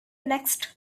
next